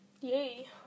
Yay